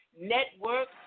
Network